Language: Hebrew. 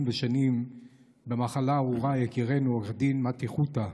ושנים ממחלה ארורה של ידידינו עו"ד מתי חותה,